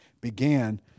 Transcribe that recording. began